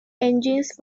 engines